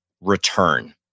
return